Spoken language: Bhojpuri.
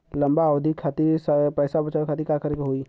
लंबा अवधि खातिर पैसा बचावे खातिर का करे के होयी?